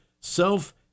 self